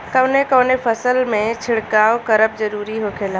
कवने कवने फसल में छिड़काव करब जरूरी होखेला?